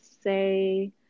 say